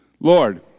Lord